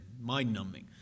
mind-numbing